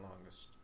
longest